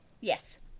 Yes